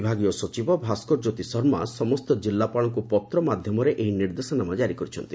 ବିଭାଗୀୟ ସଚିବ ଭାସ୍କରଜ୍ୟୋତି ଶର୍ମା ସମସ୍ତ ଜିଲ୍ଲାପାଳଙ୍କୁ ପତ୍ର ମାଧ୍ୟମରେ ଏହି ନିର୍ଦ୍ଦେଶନାମା କାରି କରିଛନ୍ତି